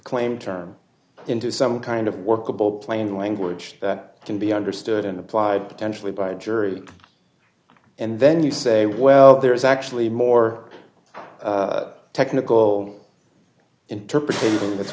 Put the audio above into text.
claimed term into some kind of workable plain language that can be ready understood and applied potentially by a jury and then you say well there is actually more technical interpretation that's